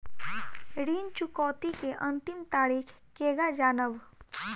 ऋण चुकौती के अंतिम तारीख केगा जानब?